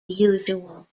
usual